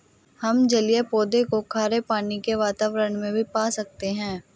हम जलीय पौधों को खारे पानी के वातावरण में भी पा सकते हैं